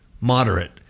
moderate